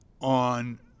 on